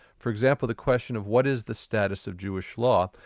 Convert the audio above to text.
for example, the question of what is the status of jewish law,